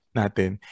natin